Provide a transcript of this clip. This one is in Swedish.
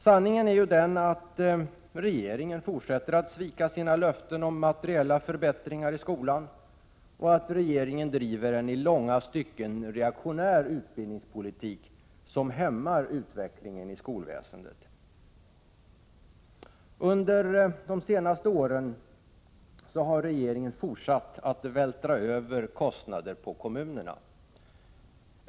Sanningen är att regeringen fortsätter att svika sina löften om materiella förbättringar inom skolan. Regeringen driver en i långa stycken reaktionär utbildningspolitik, som hämmar utvecklingen i skolväsendet. Under de senaste åren har regeringen fortsatt att vältra över kostnader på kommunerna.